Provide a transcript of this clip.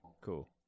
cool